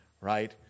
right